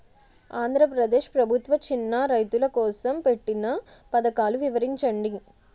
ఆంధ్రప్రదేశ్ ప్రభుత్వ చిన్నా రైతుల కోసం పెట్టిన పథకాలు వివరించండి?